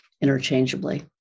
interchangeably